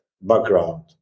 background